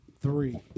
three